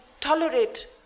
tolerate